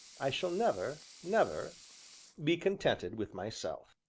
i shall never, never be contented with myself.